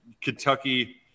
Kentucky